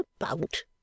about